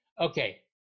Okay